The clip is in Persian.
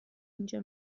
اینجا